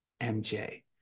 MJ